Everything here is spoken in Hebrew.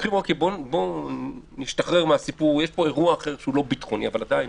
יש פה אירוע אחר שהוא לא ביטחוני, אבל עדיין